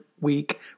Week